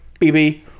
BB